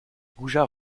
goujats